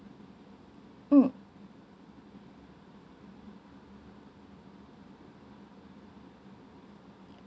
mm